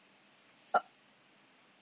uh